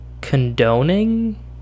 condoning